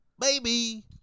Baby